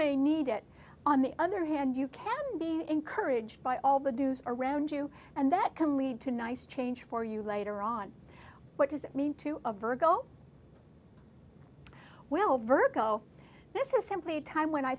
may need it on the other hand you can be encouraged by all the dues around you and that can lead to a nice change for you later on what does it mean to a virgo well virgo this is simply a time when i